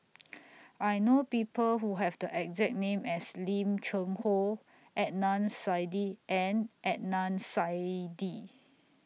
I know People Who Have The exact name as Lim Cheng Hoe Adnan Saidi and Adnan Saidi